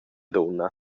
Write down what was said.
dunna